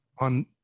on